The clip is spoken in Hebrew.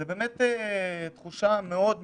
זו תחושה מאוד מתסכלת.